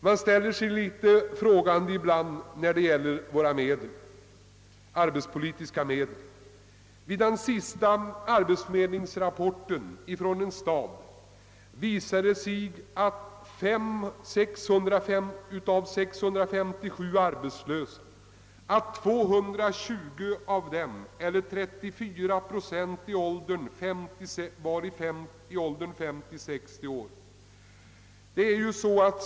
Man ställer sig ibland litet frågande när det gäller våra arbetspolitiska medel. Enligt den senaste arbetsförmedlingsrapporten från en stad var det av 657 arbetslösa 220 eller 34 procent som befann sig i åldern 50—560 år.